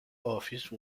office